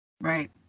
Right